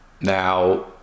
Now